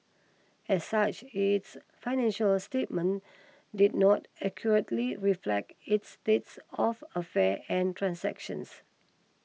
as such its financial statements did not accurately reflect its states of affairs and transactions